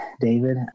David